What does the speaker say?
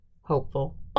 hopeful